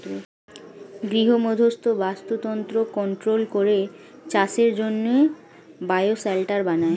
গৃহমধ্যস্থ বাস্তুতন্ত্র কন্ট্রোল করে চাষের জন্যে বায়ো শেল্টার বানায়